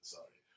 Sorry